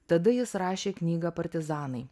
tada jis rašė knygą partizanai